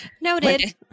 noted